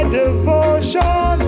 devotion